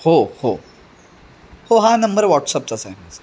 हो हो हो हा नंबर व्हॉट्सअपचा आहे माझा